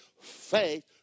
faith